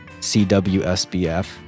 cwsbf